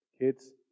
Kids